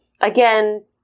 Again